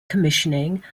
commissioning